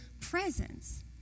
presence